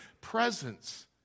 presence